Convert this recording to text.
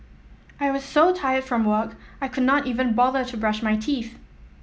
I was so tired from work I could not even bother to brush my teeth